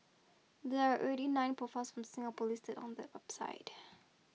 there are already nine profiles from Singapore listed on that website